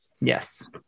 Yes